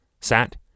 sat